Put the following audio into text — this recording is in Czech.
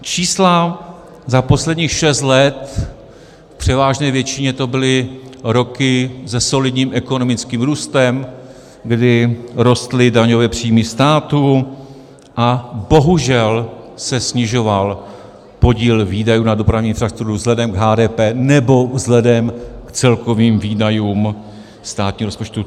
Čísla za posledních šest let, v převážné většině to byly roky se solidním ekonomickým růstem, kdy rostly daňové příjmy státu a bohužel se snižoval podíl výdajů na dopravní infrastruktuře vzhledem k HDP, nebo vzhledem k celkovým výdajům státního rozpočtu.